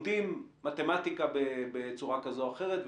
לומדים מתמטיקה בצורה כזו או אחרת,